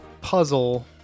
puzzle